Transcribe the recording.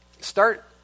start